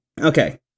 Okay